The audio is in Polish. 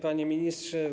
Panie Ministrze!